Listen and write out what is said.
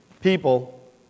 people